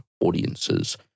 audiences